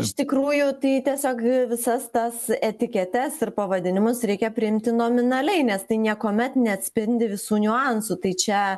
iš tikrųjų tai tiesiog visas tas etiketes ir pavadinimus reikia priimti nominaliai nes tai niekuomet neatspindi visų niuansų tai čia